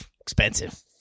expensive